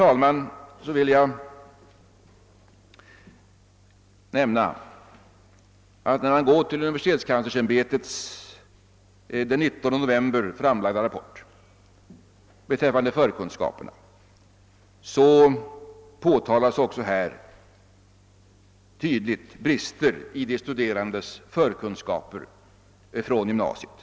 Sedan vill jag också nämna en sak som återfinnes i universitetskanslersämbetets den 19 november framlagda rapport beträffande förkunskaperna. Även där påpekas de tydliga brister som föreligger i de studerandes förkunskaper från gymnasiet.